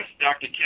Dr